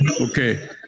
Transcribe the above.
Okay